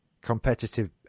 competitive